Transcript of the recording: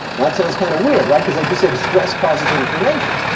that sounds kind of weird, right? because i just said stress causes inflammation.